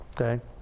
okay